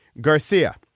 Garcia